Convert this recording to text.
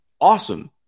awesome